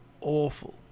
awful